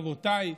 אבותיי,